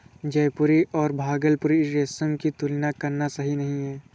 जयपुरी और भागलपुरी रेशम की तुलना करना सही नही है